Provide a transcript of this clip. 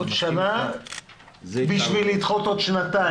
עוד שנה בשביל לדחות לעוד שנתיים.